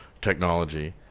technology